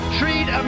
treat